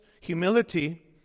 humility